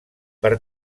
per